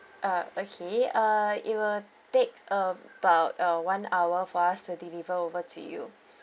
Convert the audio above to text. uh okay uh it will take about uh one hour for us to deliver over to you